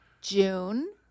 June